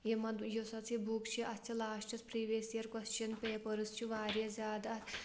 یِمن یۄس اَتھ یہِ بُک چھِ اَتھ چھِ لاسٹَس پرٛیٖوِیٚس یِیَر کوسچَن پٮ۪پٲرٕس چھِ واریاہ زیادٕ اَتھ